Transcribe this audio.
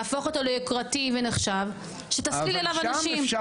להפוך אותו ליוקרתי ונחשב שתסליל אליו אנשים,